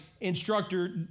instructor